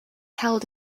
held